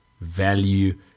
value